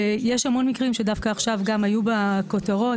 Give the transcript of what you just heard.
יש המון מקרים שדווקא עכשיו היו גם בכותרות,